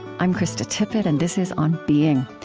i'm krista tippett, and this is on being.